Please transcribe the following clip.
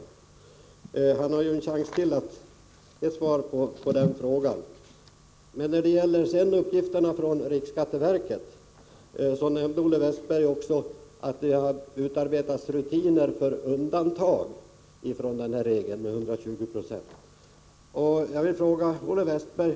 Men han har ju ytterligare en chans att besvara den frågan. Olle Westberg nämnde vidare att riksskatteverket nu utarbetar rutiner för undantag från regeln om 120 96 preliminärskatteuttag.